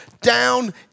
down